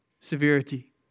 Severity